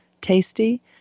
tasty